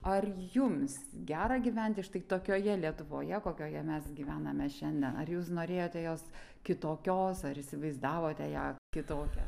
ar jums gera gyventi štai tokioje lietuvoje kokioje mes gyvename šiandien ar jūs norėjote jos kitokios ar įsivaizdavote ją kitokią